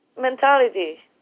mentality